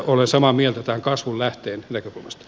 olen samaa mieltä tämän kasvun lähteen näkökulmasta